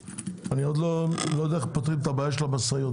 אני עוד לא יודעים איך פותרים את הבעיה של המשאיות.